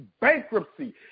bankruptcy